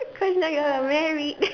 cause now y'all are married